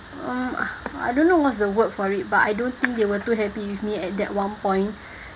um I don't know what's the word for it but I don't think they were too happy with me at that one point